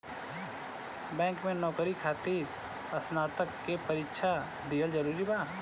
Bank में नौकरी खातिर स्नातक के परीक्षा दिहल जरूरी बा?